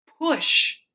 push